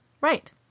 Right